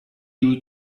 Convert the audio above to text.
you